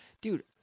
dude